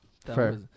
fair